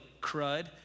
crud